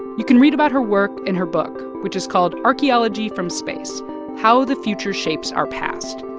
you can read about her work in her book, which is called archaeology from space how the future shapes our past.